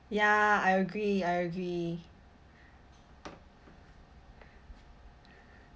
ya I agree I agree